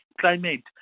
climate